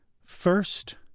first